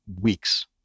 weeks